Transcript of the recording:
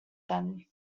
then